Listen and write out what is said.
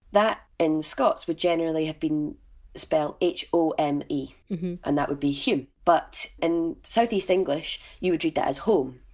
that in scots would generally have been spelt h o m e and that would be hume but in southeast english, you would read that as! home.